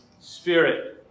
Spirit